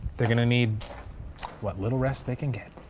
they're going to need what little rest they can get.